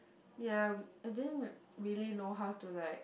ya I didn't really know how to like